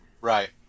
Right